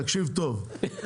תקשיב טוב,